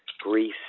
greece